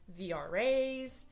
VRAs